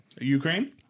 Ukraine